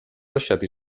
lasciati